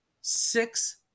six